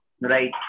right